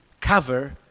cover